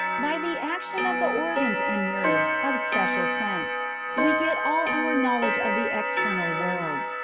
by the action of the organs and nerves of special sense we get all our knowledge of the external world,